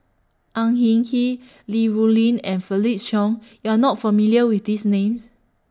Ang Hin Kee Li Rulin and Felix Cheong YOU Are not familiar with These Names